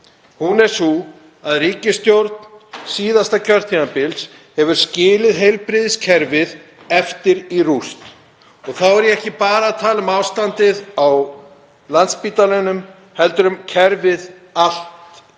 er sú að ríkisstjórn síðasta kjörtímabils hefur skilið heilbrigðiskerfið eftir í rúst. Þá er ég ekki bara að tala um ástandið á Landspítalanum heldur um kerfið allt